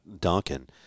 Duncan